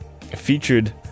featured